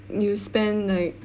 you spent like